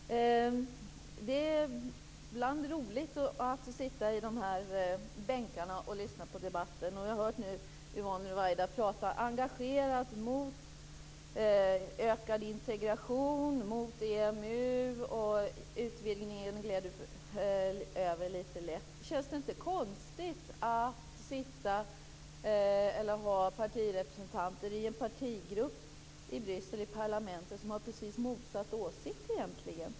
Fru talman! Det är ibland roligt att sitta i de här bänkarna och lyssna på debatten. Jag har nu hört Yvonne Ruwaida prata engagerat mot ökad integration och EMU, och utvidgningen gled hon över lite lätt. Känns det inte konstigt att ha partirepresentanter i en partigrupp i parlamentet i Bryssel som har precis motsatt åsikt egentligen?